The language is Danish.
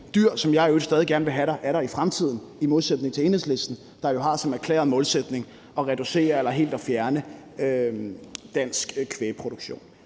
dyr, som jeg i øvrigt gerne vil have stadig er der i fremtiden, i modsætning til Enhedslisten, der jo har som erklæret målsætning at reducere eller helt fjerne dansk kvægproduktion.